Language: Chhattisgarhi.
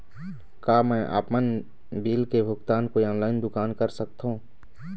का मैं आपमन बिल के भुगतान कोई ऑनलाइन दुकान कर सकथों?